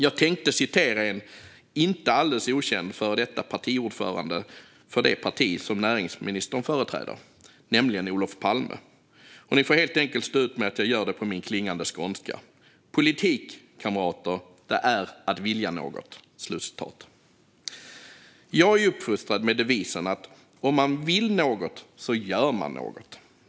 Jag tänkte citera en inte alldeles okänd före detta partiordförande för det parti som näringsministern företräder, nämligen Olof Palme. Ni får helt enkelt stå ut med att jag gör det på min klingande skånska: "Politik - kamrater - det är att vilja något." Jag är uppfostrad med devisen att vill man något så gör man något.